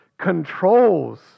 controls